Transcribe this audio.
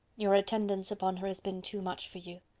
your attendance upon her has been too much for you.